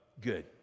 good